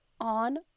on